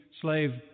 slave